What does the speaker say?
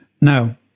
no